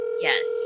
Yes